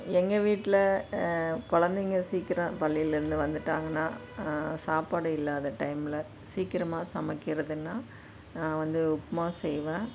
எங்கள் வீட்டில் குழந்தைங்க சீக்கிரம் பள்ளிலேருந்து வந்துட்டாங்கனால் சாப்பாடு இல்லாத டைமில் சீக்கிரமாக சமைக்கிறதுன்னால் நான் வந்து உப்புமா செய்வேன்